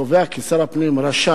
קובע כי שר הפנים רשאי